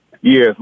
Yes